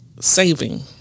saving